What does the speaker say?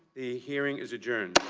the hearing is adjourned.